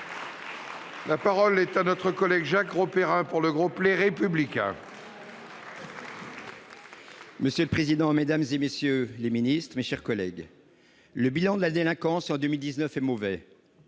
La parole est à M. Jacques Grosperrin, pour le groupe Les Républicains. Monsieur le président, mesdames, messieurs les ministres, mes chers collègues, le bilan de la délinquance en 2019 est mauvais